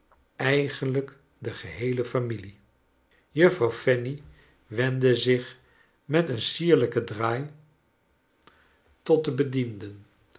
eigenlijk de geheele familie juffrouw fanny wendde zich met een sierlijken draai tot de bedienden